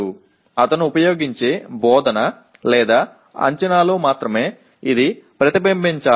அவர் பயன்படுத்தும் அறிவுறுத்தல் அல்லது மதிப்பீட்டில் மட்டுமே இது பிரதிபலிக்க வேண்டும்